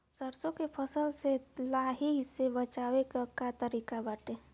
सरसो के फसल से लाही से बचाव के का तरीका बाटे?